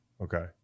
okay